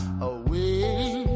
away